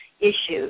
issues